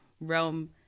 realm